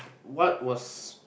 what was